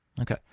Okay